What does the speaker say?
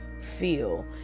feel